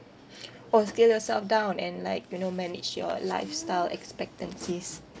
or scale yourself down and like you know manage your lifestyle expectancies